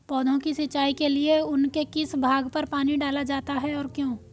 पौधों की सिंचाई के लिए उनके किस भाग पर पानी डाला जाता है और क्यों?